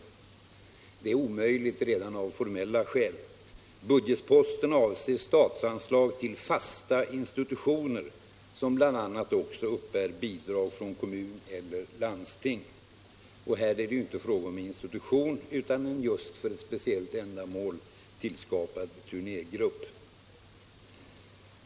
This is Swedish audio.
Detta är omöjligt redan av formella skäl. Budgetposten avser statsanslag till fasta institutioner, som bl.a. uppbär bidrag också från kommuner eller landsting. Här är det inte fråga om en institution utan just en för ett speciellt ändamål tillskapad turnégrupp.